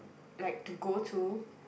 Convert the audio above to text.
like to go to